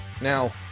Now